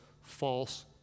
false